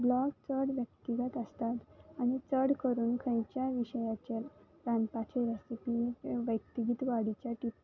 blog चड व्यक्तीगत आसतात आनी चड करून खंयच्याय विशयाचेर रांदपाची रेसिपी व्यक्तीगत वाडीच्या टिप्स